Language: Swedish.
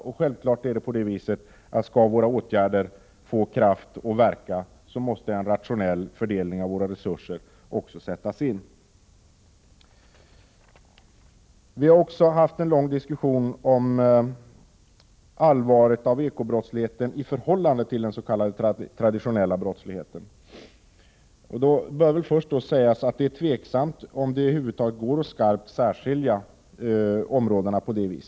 Om våra åtgärder skall få kraft och verkan måste självfallet en rationell fördelning av våra resurser också sättas in. Vi har också haft en lång diskussion om allvaret i eko-brottsligheten i förhållande till den s.k. traditionella brottsligheten. Det bör då för det första sägas att det är tveksamt om det över huvud taget går att skarpt särskilja dessa områden.